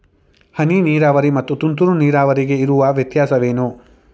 ಹನಿ ನೀರಾವರಿ ಮತ್ತು ತುಂತುರು ನೀರಾವರಿಗೆ ಇರುವ ವ್ಯತ್ಯಾಸವೇನು?